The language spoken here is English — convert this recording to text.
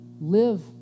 live